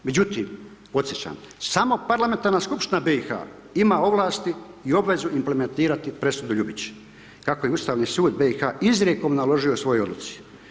Međutim podsjećam, samo Parlamentarna skupština BiH-a ima ovlasti i obvezu implementirati presudu Ljubić kako je ustavni sud BiH-a izrijekom naložio u svojoj odluci.